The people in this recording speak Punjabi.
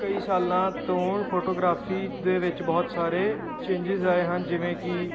ਕਈ ਸਾਲਾਂ ਤੋਂ ਹੁਣ ਫੋਟੋਗ੍ਰਾਫੀ ਦੇ ਵਿੱਚ ਬਹੁਤ ਸਾਰੇ ਚੇਂਜਿਸ ਆਏ ਹਨ ਜਿਵੇਂ ਕਿ